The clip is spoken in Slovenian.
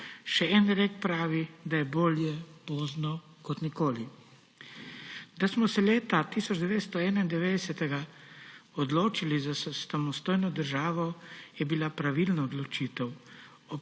Še en rek pravi, da je bolje pozno kot nikoli. Da smo se leta 1991 odločili za samostojno državo, je bila pravilna odločitev.